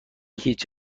هیچ